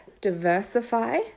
diversify